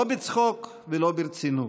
לא בצחוק ולא ברצינות,